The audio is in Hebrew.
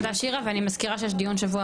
תודה שירה ואני מזכירה שיש דיון שבוע